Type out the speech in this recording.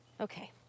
okay